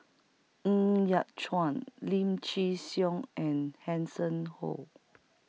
Ng Yat Chuan Lim Chin Siong and Hanson Ho